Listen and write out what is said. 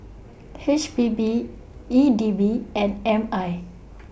H P B E D B and M I